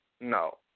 No